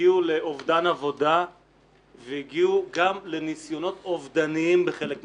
לאובדן עבודה וגם לניסיונות אובדניים בחלק מהמקרים.